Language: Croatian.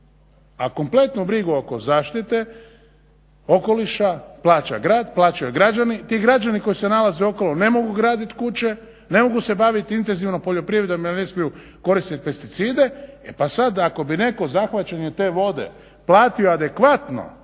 A kompletnu brigu oko zaštite okoliša plaća grad plaćaju građani. Ti građani koji se nalaze okolo ne mogu graditi kuće, ne mogu se baviti intenzivno poljoprivredom jer ne smiju koristiti pesticide. E pa sada ako bi netko zahvaćanjem te vode platio adekvatno